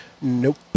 nope